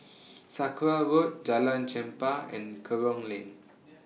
Sakra Road Jalan Chempah and Kerong Lane